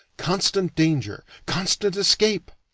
constant danger, constant escape!